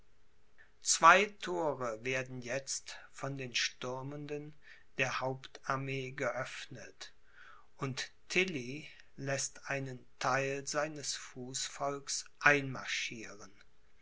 zwei thore werden jetzt von den stürmenden der hauptarmee geöffnet und tilly läßt einen theil seines fußvolks einmarschieren